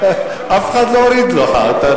אף אחד לא הוריד לך.